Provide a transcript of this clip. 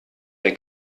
der